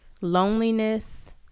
Loneliness